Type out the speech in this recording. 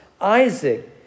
Isaac